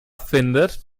findet